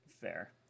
Fair